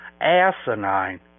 asinine